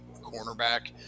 cornerback